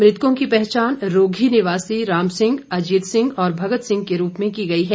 मृतकों की पहचान रोघी निवासी राम सिंह अजीत सिंह और भगत सिंह के रूप में की गई है